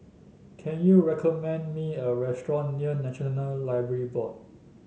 can you recommend me a restaurant near National Library Board